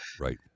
Right